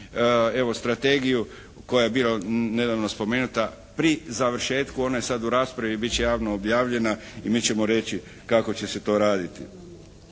evo strategiju koja je bila nedavno spomenuta pri završetku. Ona je sad u raspravi i bit će javno objavljena i mi ćemo reći kako će se to raditi.